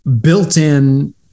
built-in